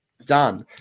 Done